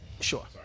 sure